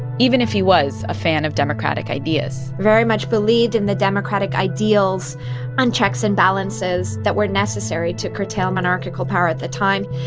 even if he was a fan of democratic ideas very much believed in the democratic ideals and checks and balances that were necessary to curtail monarchical power at the time.